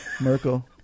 merkel